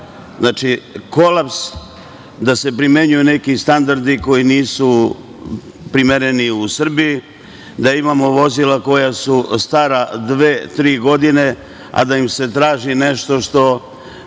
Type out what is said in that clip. Znači, kolaps jer se primenjuju neki standardi koji nisu primereni u Srbiji, imamo vozila koja su stara dve, tri godine a da im se traži nešto i